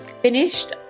finished